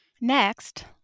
Next